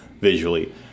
visually